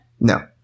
No